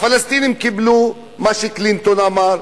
הפלסטינים קיבלו מה שקלינטון אמר,